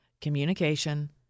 Communication